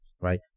right